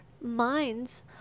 minds